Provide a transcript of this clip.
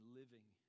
living